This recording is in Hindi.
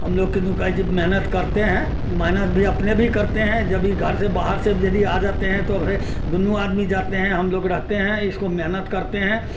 हम लोग की जब मेहनत करते हैं मेहनत भी अपने भी करते हैं जब भी घर से बाहर से यदि आ जाते हैं तो फिर दोनों आदमी जाते हैं हम लोग रहते हैं इसको मेहनत करते हैं